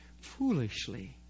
foolishly